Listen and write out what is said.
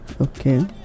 okay